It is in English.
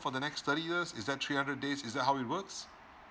for the next thirty years is that three hundred days is that how it works